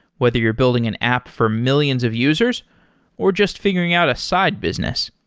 whether you're building an app for millions of users or just figuring out a side business.